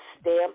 stamp